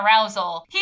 arousal